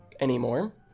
anymore